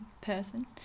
person